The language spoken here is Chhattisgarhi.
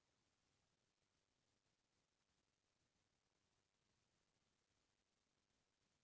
जानवर पोसे बर बने जिनिस के धियान रखे ल परथे